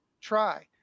try